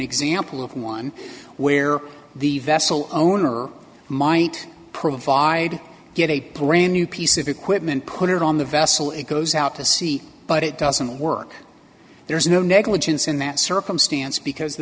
example of one where the vessel owner might provide get a brand new piece of equipment put it on the vessel it goes out to sea but it doesn't work there is no negligence in that circumstance because the